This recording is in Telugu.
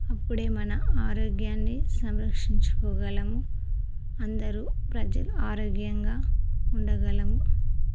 అప్పుడు మన ఆరోగ్యాన్ని సంరక్షించుకోగలం అందరు ప్రజలు ఆరోగ్యంగా ఉండగలం